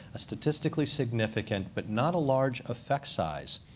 a statistically significant, but not a large effect size,